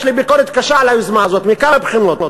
יש לי ביקורת קשה על היוזמה הזאת מכמה בחינות,